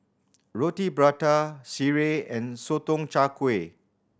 Roti Prata sireh and Sotong Char Kway